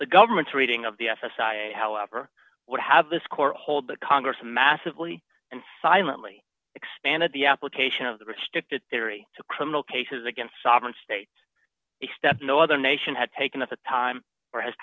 the governments reading of the s s i however would have this court hold that congress massively and silently expanded the application of the restricted theory to criminal cases against sovereign states a step no other nation had taken at the time or has